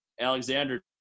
Alexander